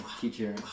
teacher